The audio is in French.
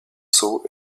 saut